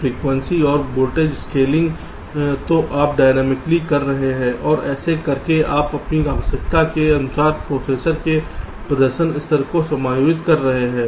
frequency और voltage scaling जो आप डायनामिकली कर रहे हैं और ऐसा करके आप अपनी आवश्यकता के अनुसार प्रोसेसर के प्रदर्शन स्तर को समायोजित कर सकते हैं